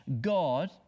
God